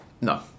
No